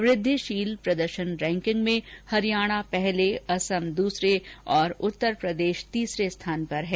वृद्विशील प्रदर्शन रैंकिंग में हरियाणा पहले असम दूसरे और उत्तर प्रदेश तीसरे स्थान पर है